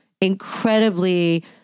incredibly